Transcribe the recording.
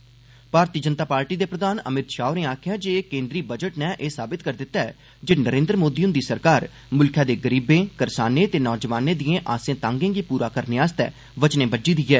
उपज ैींी ठनकहमज भारती जनता पार्टी दे प्रधान अमित षाह होरें आखेआ ऐ जे केन्द्री बजट नै एह् साबत करी दित्ता ऐ जे नरेन्द्र मोदी हुंदी सरकार मुल्खै दे गरीबें करसानें ते नौजवानें दिएं आसें तांगें गी पूरा करने लेई वचनें बज्झी दी ऐ